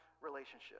relationship